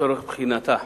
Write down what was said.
לצורך בחינתה,